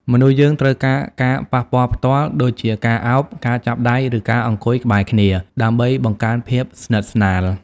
មនុស្សយើងត្រូវការការប៉ះពាល់ផ្ទាល់ ដូចជាការឱប ការចាប់ដៃ ឬការអង្គុយក្បែរគ្នា ដើម្បីបង្កើនភាពស្និតស្នាល។